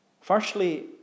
Firstly